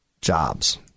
Jobs